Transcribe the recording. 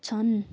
छन्